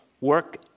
work